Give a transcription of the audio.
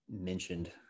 mentioned